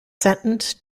sentenced